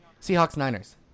Seahawks-Niners